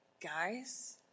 Guys